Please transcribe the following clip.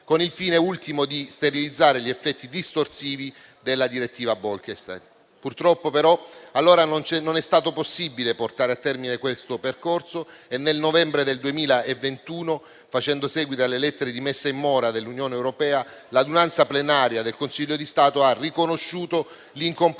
con il fine ultimo di sterilizzare gli effetti distorsivi della direttiva Bolkestein. Purtroppo, però, allora non è stato possibile portare a termine questo percorso e nel novembre del 2021, facendo seguito alle lettere di messa in mora dell'Unione europea, l'adunanza plenaria del Consiglio di Stato ha riconosciuto l'incompatibilità